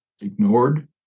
ignored